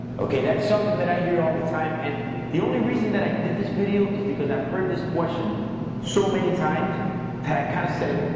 that's something that i hear all the time and the only reason that i did this video is because i've heard this question so many times that i kind of said,